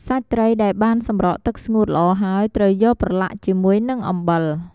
សាច់ត្រីដែលបានសម្រក់ទឹកស្ងួតល្អហើយ ត្រូវយកប្រឡាក់ជាមួយនឹងអំបិល។